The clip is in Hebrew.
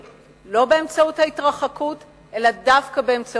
לא באמצעות ההתרחקות אלא דווקא באמצעות ההתגייסות.